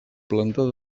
planta